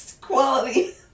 quality